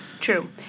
True